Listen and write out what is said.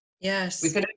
Yes